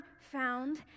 found